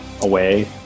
away